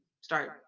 start